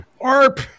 Arp